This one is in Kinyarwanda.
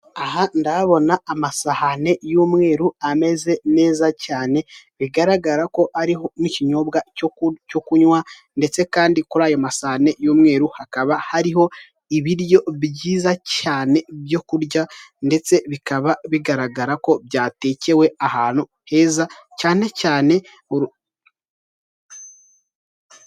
Aha ndabona amasahani y'umweru ameze neza cyane, bigaragara ko ari nk'ikinyobwa kunywa, ndetse kandi kuri ayo masane y'umweru hakaba hariho ibiryo byiza cyane byo kurya, ndetse bikaba bigaragara ko byatekewe ahantu heza cyane cyane.